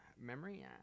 memory